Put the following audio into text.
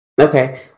Okay